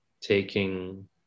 taking